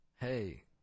Hey